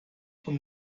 von